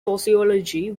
sociology